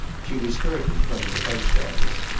she was hurt in front of the post office.